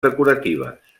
decoratives